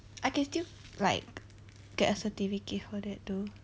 I can still like get a certificate for that though